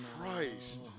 Christ